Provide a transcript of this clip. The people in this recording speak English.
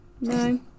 No